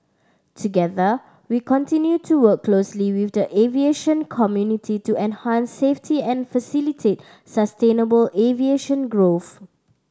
together we continue to work closely with the aviation community to enhance safety and facilitate sustainable aviation growth